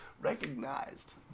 recognized